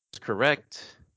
correct